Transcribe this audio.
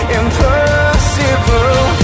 impossible